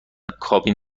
کابین